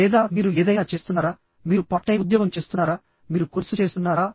లేదా మీరు ఏదైనా చేస్తున్నారా మీరు పార్ట్ టైమ్ ఉద్యోగం చేస్తున్నారా మీరు కోర్సు చేస్తున్నారా